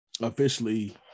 officially